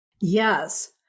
Yes